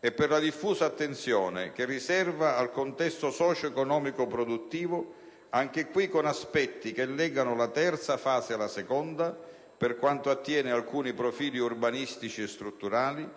e per la diffusa attenzione che riserva al contesto socio-economico produttivo, anche in questo caso con aspetti che legano la terza fase alla seconda per quanto attiene alcuni profili urbanistici e strutturali,